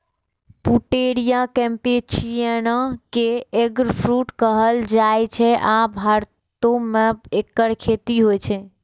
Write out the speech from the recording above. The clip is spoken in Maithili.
पुटेरिया कैम्पेचियाना कें एगफ्रूट कहल जाइ छै, आ भारतो मे एकर खेती होइ छै